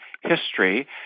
history